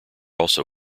also